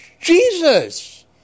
Jesus